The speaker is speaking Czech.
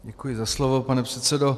Děkuji za slovo, pane předsedo.